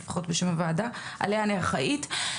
לפחות בשם הוועדה עליה אני אחראית.